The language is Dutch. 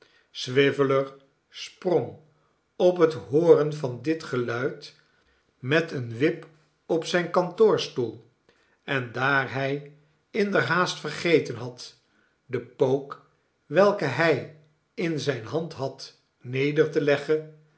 swiveller sprong op het hooren van dit geluid met een wip op zijn kantoorstoel en daar hij in der haast vergeten had den pook welken hij in zijne hand had neder te leggen